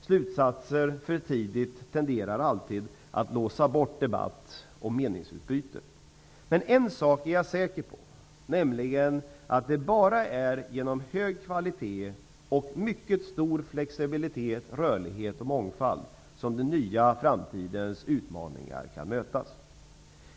Slutsatser för tidigt tenderar alltid att låsa debatt och meningsutbyte. Men en sak är jag säker på, nämligen att det bara är genom hög kvalitet och mycket stor flexibilitet, rörlighet och mångfald som framtidens utmaningar kan mötas.